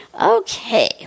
Okay